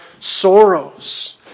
sorrows